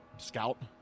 Scout